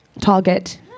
target